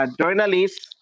journalists